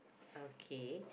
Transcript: okay